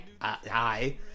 hi